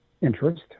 interest